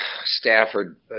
Stafford